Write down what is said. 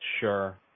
sure